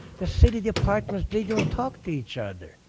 the city departments, they don't talk to each other.